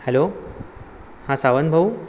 hello हां सावंत भाऊ